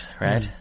right